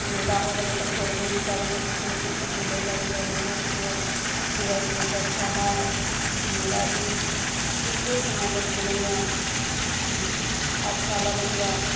मुर्गा हो गेलै तऽ भोरमे चारि बजे कुकड़ू कूँ बोलै लगैए तऽ ओहो चिड़ै चिड़ै बहुत अच्छा हइ मुर्गा भी ठीके समयपर बोलैए अच्छा लगैए